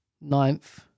Ninth